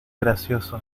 gracioso